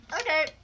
Okay